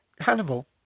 Hannibal